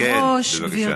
כן, בבקשה.